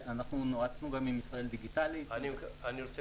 אנחנו נועצנו גם עם "ישראל דיגיטלית" --- אני רוצה